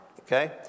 Okay